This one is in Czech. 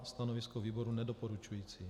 Stanovisko výboru nedoporučující.